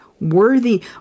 worthy